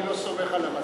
אני לא סומך על המזל.